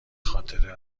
خاطره